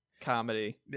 comedy